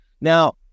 Now